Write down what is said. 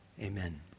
Amen